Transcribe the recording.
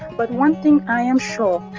but one thing i am sure,